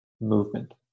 movement